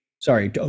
Sorry